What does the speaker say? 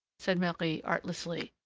said marie artlessly,